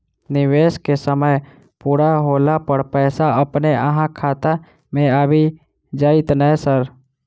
निवेश केँ समय पूरा होला पर पैसा अपने अहाँ खाता मे आबि जाइत नै सर?